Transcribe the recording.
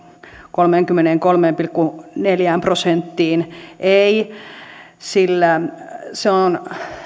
kolmeenkymmeneenkolmeen pilkku neljään prosenttiin ei sillä se on